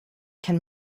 can